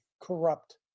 corrupt